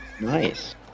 Nice